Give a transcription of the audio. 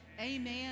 amen